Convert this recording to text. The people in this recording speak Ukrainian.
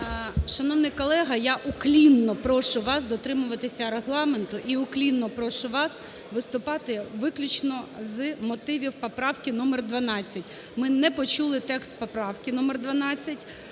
Шановний колега, я уклінно прошу вас дотримуватися Регламенту. І уклінно прошу вас виступати виключно з мотивів поправки номер 12. Ми не почули текст поправки номер 12,